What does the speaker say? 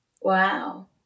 Wow